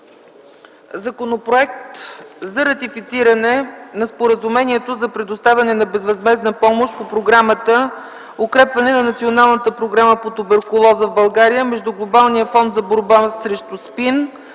Законопроект за ратифициране на Споразумението за предоставяне на безвъзмездна помощ по Програмата „Укрепване на Националната програма по туберкулоза в България” между Глобалния фонд за борба срещу